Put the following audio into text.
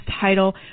title